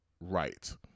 right